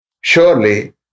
surely